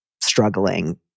struggling